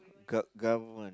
gov~ government